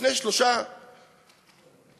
לפני שלושה שבועות,